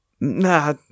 Nah